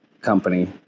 company